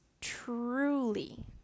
truly